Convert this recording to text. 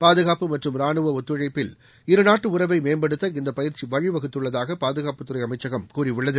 பாதுகாப்பு மற்றும் ரானுவ ஒத்துழைப்பில் இருநாட்டு உறவை மேம்படுத்த இந்த பயிற்சி வழிவகுத்துள்ளதாக பாதுகாப்புத்துறை அமைச்சகம் கூறியுள்ளது